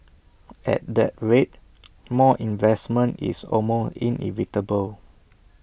at that rate more investment is almost inevitable